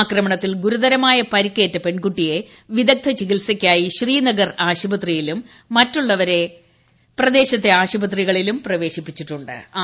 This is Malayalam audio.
ആക്രമണത്തിൽ ഗുരുതരമായ പരിക്കേറ്റ പെൺകുട്ടിയെ വിദഗ്ധ ചികിത്സയ്ക്കായി ശ്രീനഗർ ആശുപത്രിയിലും മറ്റുള്ളവരെ പ്രദേശത്തെ ആശുപത്രിയിലും പ്രവേശിപ്പിച്ചിട്ടു ്